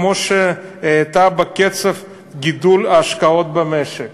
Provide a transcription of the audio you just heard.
"וכן האטה בקצב גידול ההשקעות במשק."